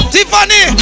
Tiffany